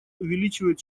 увеличивает